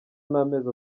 n’amezi